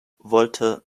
wollte